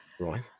Right